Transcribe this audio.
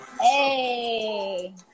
Hey